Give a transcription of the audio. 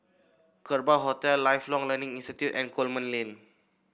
Kerbau Hotel Lifelong Learning Institute and Coleman Lane